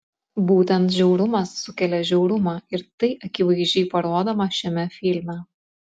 būtent žiaurumas sukelia žiaurumą ir tai akivaizdžiai parodoma šiame filme